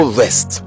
rest